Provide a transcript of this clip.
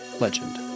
legend